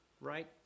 right